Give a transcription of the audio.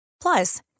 Plus